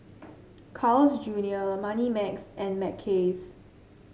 Carl's Junior Moneymax and Mackays